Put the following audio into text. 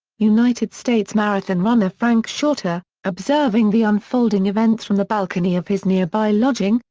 united states marathon runner frank shorter, observing the unfolding events from the balcony of his nearby lodging,